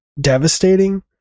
devastating